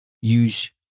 use